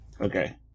Okay